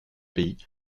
pays